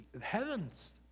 heavens